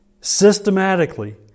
systematically